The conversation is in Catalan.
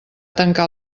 tancar